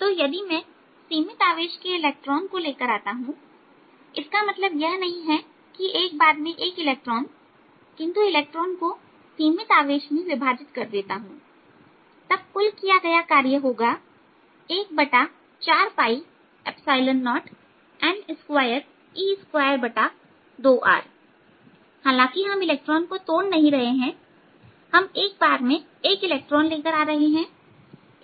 तो यदि मैं सीमित आवेश के इलेक्ट्रॉन को लेकर आता हूं इसका मतलब यह नहीं कि एक बार में एक इलेक्ट्रॉन किंतु इलेक्ट्रॉन को सीमित आवेश में विभाजित कर देता हूं तब कुल किया गया कार्य होगा 140N2e22R हालांकि हम इलेक्ट्रॉन को तोड़ नहीं रहे हैं हम एक बार में एक इलेक्ट्रॉन लेकर आ रहे हैं